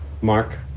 Mark